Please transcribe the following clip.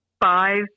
five